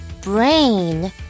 brain